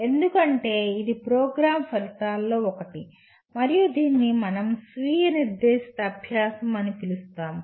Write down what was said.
ఎందుకంటే ఇది ప్రోగ్రామ్ ఫలితాల్లో ఒకటి మరియు దీనిని మనం స్వీయ నిర్దేశిత అభ్యాసం అని పిలుస్తాము